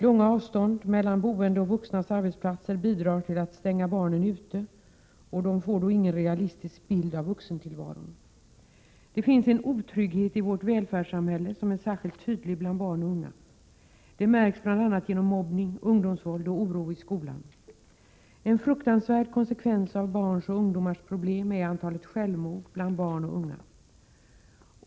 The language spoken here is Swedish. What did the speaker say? Långa avstånd mellan boende och vuxnas arbetsplatser bidrar till att stänga barnen ute. De får ingen realistisk bild av vuxentillvaron. Det finns en otrygghet i vårt välfärdssamhälle som är särskilt tydlig bland barn och unga. Det märks bl.a. genom mobbning, ungdomsvåld och oro i skolan. En fruktansvärd konsekvens av barns och ungdomars problem är antalet självmord bland barn och unga.